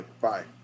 Bye